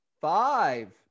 five